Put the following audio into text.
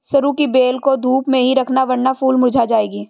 सरू की बेल को धूप में ही रखना वरना फूल मुरझा जाएगी